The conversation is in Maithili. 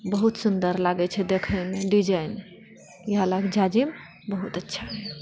बहुत सुन्दर लागैत छै देखयमे डिजाइन इएह लकऽ जाजिम बहुत अच्छा रहय